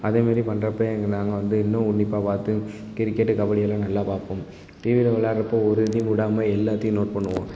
அதேமாரி பண்ணுறப்ப எங்கள் நாங்கள் வந்து இன்னும் உன்னிப்பாக பார்த்து கிரிக்கெட்டு கபடி இதெல்லாம் நல்லா பார்ப்போம் டிவியில் விளாட்றப்ப ஒரு இதையும் விடாம எல்லாத்தையும் நோட் பண்ணுவோம்